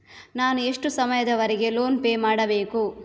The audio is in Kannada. ನಾನು ಎಷ್ಟು ಸಮಯದವರೆಗೆ ಲೋನ್ ಪೇ ಮಾಡಬೇಕು?